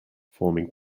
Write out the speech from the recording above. forming